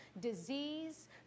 disease